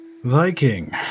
Viking